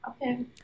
Okay